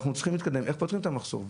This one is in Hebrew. אנחנו צריכים להתקדם איך פותרים את המחסור.